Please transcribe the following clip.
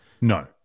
No